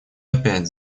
опять